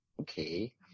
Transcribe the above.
okay